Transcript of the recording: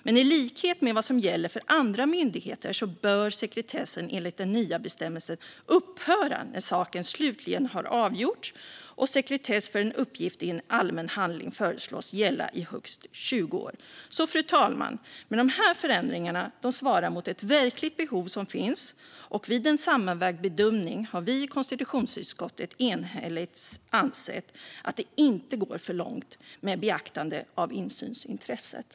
Men i likhet med vad som gäller för andra myndigheter bör sekretessen enligt den nya bestämmelsen upphöra när saken slutligen har avgjorts, och sekretess för en uppgift i en allmän handling föreslås gälla i högst 20 år. Fru talman! Med dessa förändringar, som svarar mot ett verkligt behov som finns, och vid en sammanvägd bedömning har vi i konstitutionsutskottet enhälligt ansett att det inte går för långt med beaktande av insynsintresset.